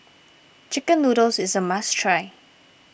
Chicken Noodles is a must try